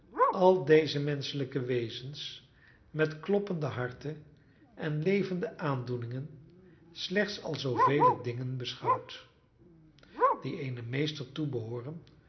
al deze menschelijke wezens met kloppende harten en levende aandoeningen slechts als zoovele dingen beschouwt die eenen meester